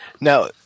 Now